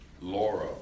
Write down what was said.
Laura